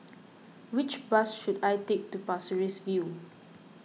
which bus should I take to Pasir Ris View